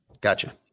Gotcha